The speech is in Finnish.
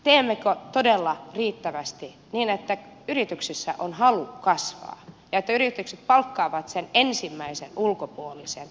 teemmekö todella riittävästi niin että yrityksissä on halu kasvaa ja että yritykset palkkaavat sen ensimmäisen ulkopuolisen